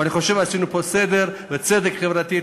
אני חושב שעשינו פה סדר וצדק חברתי.